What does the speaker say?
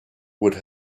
would